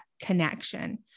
connection